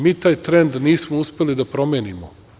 Mi taj trend nismo uspeli da promenimo.